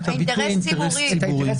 את הביטוי "אינטרס ציבורי".